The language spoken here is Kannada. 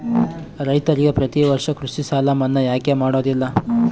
ರೈತರಿಗೆ ಪ್ರತಿ ವರ್ಷ ಕೃಷಿ ಸಾಲ ಮನ್ನಾ ಯಾಕೆ ಮಾಡೋದಿಲ್ಲ?